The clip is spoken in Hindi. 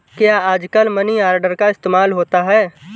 क्या आजकल मनी ऑर्डर का इस्तेमाल होता है?